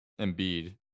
Embiid